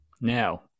Now